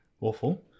awful